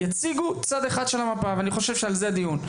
יציגו צד אחד של המפה ואני חושב שעל זה הדיון,